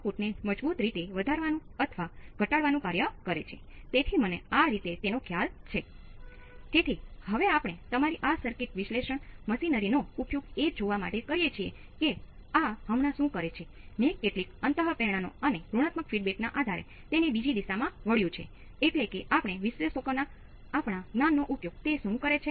ફરીથી instrumentation applications માં થાય છે